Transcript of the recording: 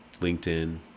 LinkedIn